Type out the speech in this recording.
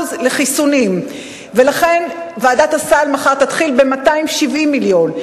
לחיסונים ולכן ועדת הסל מחר תתחיל ב-270 מיליון.